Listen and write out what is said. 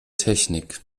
technik